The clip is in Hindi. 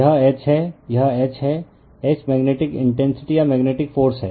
यह H है यह H है H मेग्नेटिक इंटेंसिटी या मेग्नेटिक फ़ोर्स है